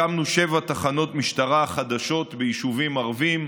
הקמנו שבע תחנות משטרה חדשות ביישובים ערביים.